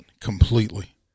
completely